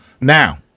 now